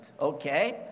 okay